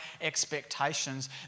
expectations